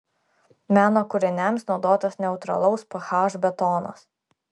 meno kūriniams naudotas neutralaus ph betonas